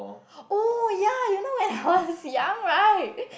oh ya you know when I was young right